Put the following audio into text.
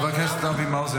חבר הכנסת אבי מעוז,